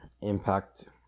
impact